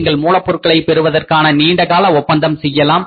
நீங்கள் மூலப்பொருட்களை பெறுவதற்கான நீண்டகால ஒப்பந்தம் செய்யலாம்